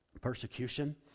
persecution